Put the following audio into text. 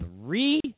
three